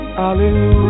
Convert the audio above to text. Hallelujah